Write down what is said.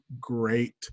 great